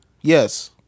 Yes